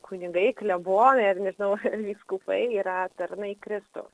kunigai klebonai ar nežinau vyskupai yra tarnai kristaus